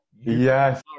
Yes